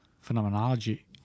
phenomenology